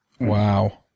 Wow